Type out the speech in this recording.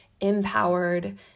empowered